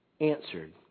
answered